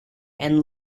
and